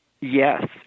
Yes